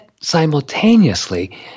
simultaneously